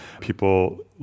People